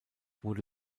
wurde